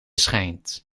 schijnt